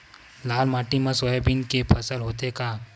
लाल माटी मा सोयाबीन के फसल होथे का?